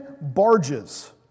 barges